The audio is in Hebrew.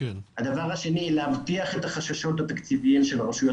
הדבר השני הוא להבטיח את החששות התקציביים של הרשויות